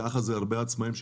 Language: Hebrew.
ככה זה הרבה עצמאים.